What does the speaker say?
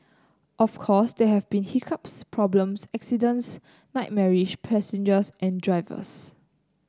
of course there have been hiccups problems accidents nightmarish passengers and drivers